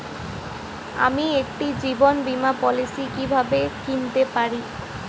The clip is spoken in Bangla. আমি একটি জীবন বীমা পলিসি কিভাবে কিনতে পারি?